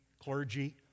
clergy